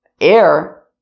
air